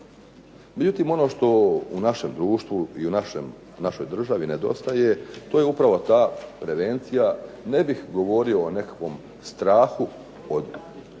Međutim, ono što u našem društvu i u našoj državi nedostaje to je upravo ta prevencija, ne bih govorio o nekakvom strahu ili